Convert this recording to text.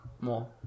More